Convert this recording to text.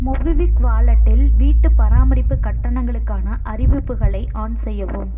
MobiKwik வாலெட்டில் வீட்டுப் பராமரிப்பு கட்டணங்களுக்கான அறிவிப்புகளை ஆன் செய்யவும்